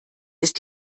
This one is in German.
ist